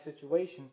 situation